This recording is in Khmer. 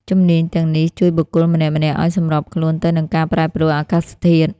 ជំនាញទាំងនេះជួយបុគ្គលម្នាក់ៗឱ្យសម្របខ្លួនទៅនឹងការប្រែប្រួលអាកាសធាតុ។